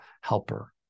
helper